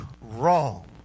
wrong